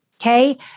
okay